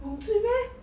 hong zui meh